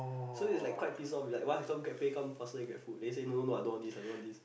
so it was like quite pissed off it's like why Grabpay come faster than Grabfood they say no no no I don't want this I don't want this